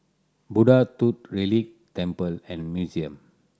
Buddha Tooth Relic Temple and Museum